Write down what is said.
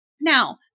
Now